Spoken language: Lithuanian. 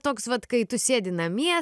toks vat kai tu sėdi namie